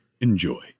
Enjoy